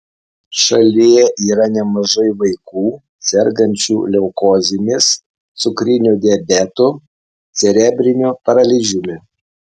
šalyje yra nemažai vaikų sergančių leukozėmis cukriniu diabetu cerebriniu paralyžiumi